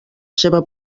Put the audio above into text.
seva